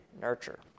Nurture